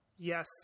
Yes